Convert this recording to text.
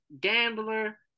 gambler